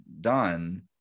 done